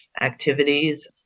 activities